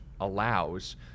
allows